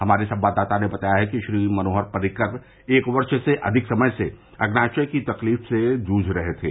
हमारे संवाददाता ने बताया है कि श्री मनोहर पर्रिकर एक वर्ष से अधिक समय से अग्नाशय की तकलीफ से जूझ रहे थे